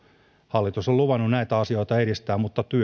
hallitus on luvannut näitä asioita edistää mutta